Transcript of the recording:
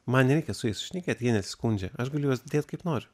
man nereikia su jais šnekėt jie nesiskundžia aš galiu juos dėt kaip noriu